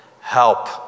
Help